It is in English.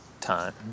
time